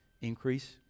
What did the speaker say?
increase